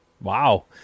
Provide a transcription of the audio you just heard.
Wow